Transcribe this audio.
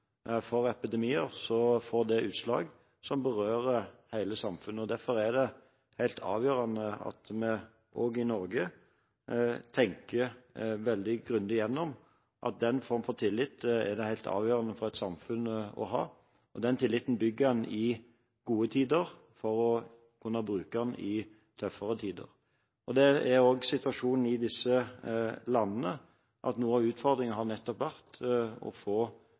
utslag som berører hele samfunnet. Derfor er det helt avgjørende at vi også i Norge tenker veldig grundig igjennom at den form for tillit er det helt avgjørende for et samfunn å ha, og den tilliten bygger en i gode tider for å kunne bruke den i tøffere tider. Det er også situasjonen i disse landene, at noe av utfordringen nettopp har vært å få